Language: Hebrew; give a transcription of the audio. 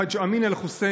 חאג' אמין אל-חוסייני,